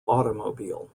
automobile